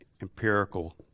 empirical